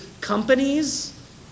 companies